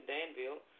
Danville